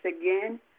again